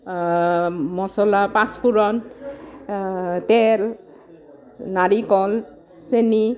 মচলা পাঁচফোৰণ তেল নাৰিকল চেনি